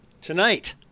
Tonight